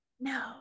No